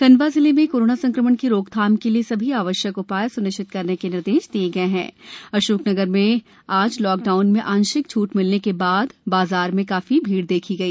खण्डवा जिले में कोरोना संक्रमण की रोकथाम के लिए सभी आवश्यक उपाय सुनिश्चित करने के निर्देश दिए हैं अशोक नगर में आज लोक डाउन में आंशिक छूट मिलने के उपरांत बाजार में काफी भीड़ देखी गई